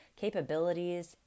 capabilities